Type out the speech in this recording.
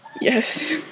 Yes